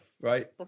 right